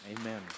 Amen